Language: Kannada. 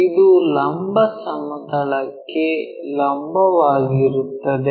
ಇದು ಲಂಬ ಸಮತಲಕ್ಕೂ ಲಂಬವಾಗಿರುತ್ತದೆ